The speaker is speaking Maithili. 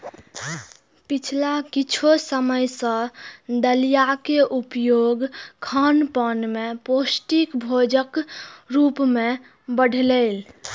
पिछला किछु समय सं दलियाक उपयोग खानपान मे पौष्टिक भोजनक रूप मे बढ़लैए